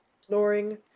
snoring